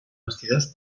vestidors